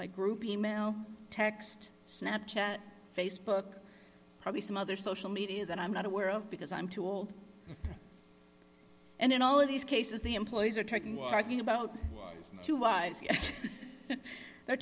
by group e mail text snap chat facebook probably some other social media that i'm not aware of because i'm too old and in all of these cases the employees are talking about too wide they're